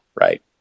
right